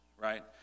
right